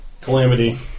calamity